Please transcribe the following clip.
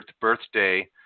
birthday